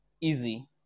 easy